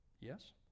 Yes